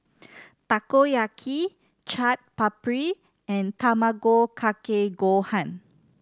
Takoyaki Chaat Papri and Tamago Kake Gohan